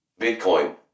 Bitcoin